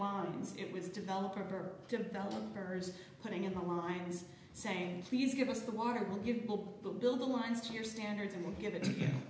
lines it was developer developers putting in the lines saying please give us the market will give people to build the lines to your standards and we'll give it to you